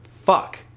fuck